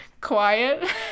quiet